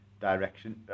direction